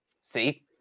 see